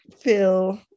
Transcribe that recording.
feel